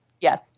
Yes